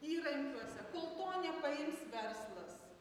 įrankiuose kol to nepaims verslas